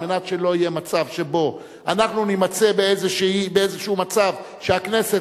על מנת שלא יהיה מצב שאנחנו נימצא באיזשהו מצב שהכנסת